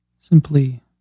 simply